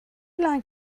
like